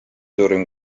suurim